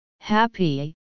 Happy